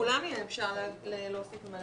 בכספים לא אמרנו בפעם שעברה?